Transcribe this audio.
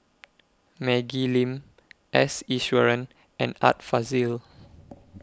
Maggie Lim S Iswaran and Art Fazil